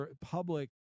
public